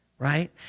Right